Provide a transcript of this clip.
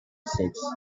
six